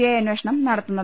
I അന്വേഷണം നടത്തുന്നത്